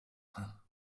hein